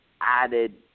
added